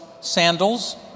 sandals